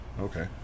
Okay